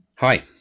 Hi